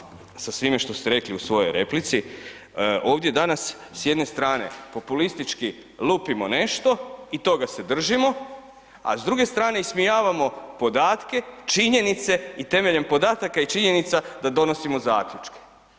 Slažem se s vama, sa svime što ste rekli u svojoj replici, ovdje danas s jedne strane populistički lupimo nešto i toga se držimo a s druge strane ismijavamo podatke, činjenice i temeljem podataka i činjenica da donosimo zaključke.